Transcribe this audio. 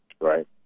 Right